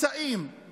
נמצאים בחברה בכל יום.